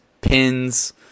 pins